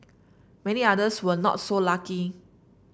many others will not so lucky